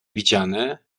widziane